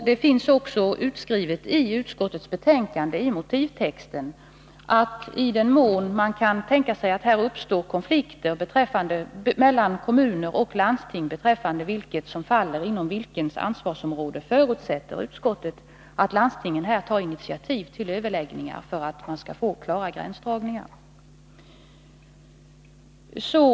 Det är också utskrivet i motivtexten i utskottsbetänkandet att i den mån det uppstår konflikter mellan kommuner och landsting beträffande vad som faller inom resp. ansvarsområde förutsätter utskottet att landstingen här tar initiativ till överläggningar för att få klara gränsdragningar.